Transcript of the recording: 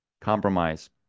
compromise